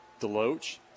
Deloach